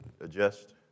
adjust